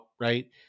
right